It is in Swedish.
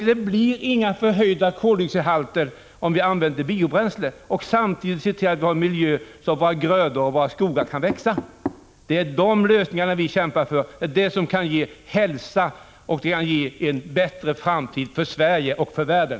Det blir inga förhöjda koloxidhalter om vi använder biobränsle och samtidigt ser till att vi har en miljö som våra grödor och skogar kan växai. Det är sådana lösningar vi kämpar för, och det är de som kan ge hälsa och en bättre framtid för Sverige och för världen.